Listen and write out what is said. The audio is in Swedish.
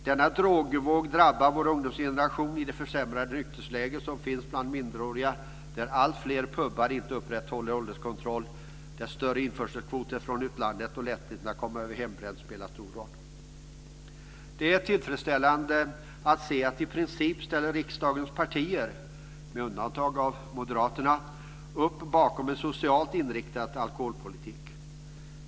Denna drogvåg drabbar vår ungdomsgeneration i och med det försämrade nykterhetsläge som finns bland minderåriga. Där spelar det faktum att alltfler pubar inte upprätthåller ålderskontroll tillsammans med större införselkvoter från utlandet och lättheten att komma över hembränt stor roll. Det är tillfredsställande att se att i princip ställer riksdagens partier, med undantag av Moderaterna, upp bakom en socialt inriktad alkoholpolitik.